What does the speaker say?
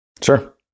Sure